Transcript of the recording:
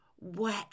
wet